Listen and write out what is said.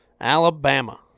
Alabama